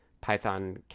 python